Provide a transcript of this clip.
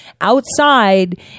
outside